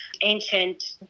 Ancient